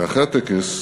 אחרי הטקס